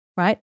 right